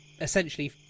essentially